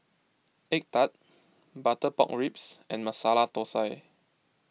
Egg Tart Butter Pork Ribs and Masala Thosai